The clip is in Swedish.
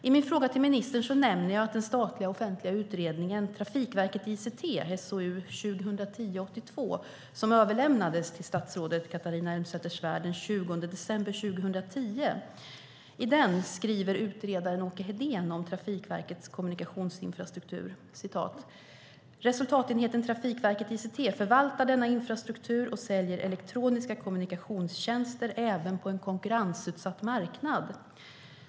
I min fråga till ministern nämner jag att i den statliga offentliga utredningen Trafikverket ICT , SOU 2010:82, som överlämnades till statsrådet Catharina Elmsäter-Svärd den 20 december 2010, skriver utredaren Åke Hedén om Trafikverkets kommunikationsinfrastruktur: "Resultatenheten Trafikverket ICT förvaltar denna infrastruktur och säljer elektroniska kommunikationstjänster även på en konkurrensutsatt marknad.